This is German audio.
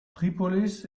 tripolis